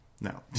No